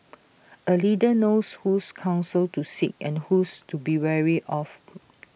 A leader knows whose counsel to seek and whose to be wary of